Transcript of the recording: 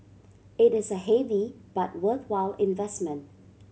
it is a heavy but worthwhile investment